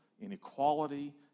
Inequality